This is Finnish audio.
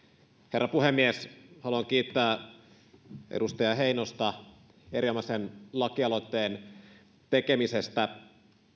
herra puhemies haluan kiittää edustaja heinosta erinomaisen lakialoitteen tekemisestä